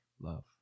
love